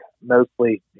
mostly